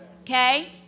Okay